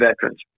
veterans